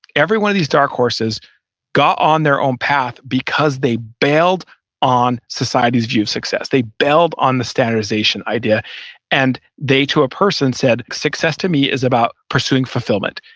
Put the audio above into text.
every one of these dark horses got on their own path because they bailed on society's view of success. they belled on the standardization idea and they to a person said, success to me is about pursuing fulfillment,